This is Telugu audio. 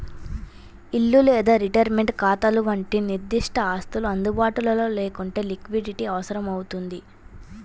ఇల్లు లేదా రిటైర్మెంట్ ఖాతాల వంటి నిర్దిష్ట ఆస్తులు అందుబాటులో లేకుంటే లిక్విడిటీ అవసరమవుతుంది